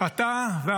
על מה שעשית אחרי,